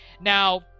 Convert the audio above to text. Now